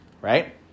right